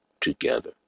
together